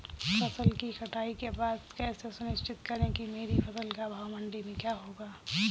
फसल की कटाई के बाद कैसे सुनिश्चित करें कि मेरी फसल का भाव मंडी में क्या होगा?